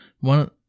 One